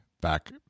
back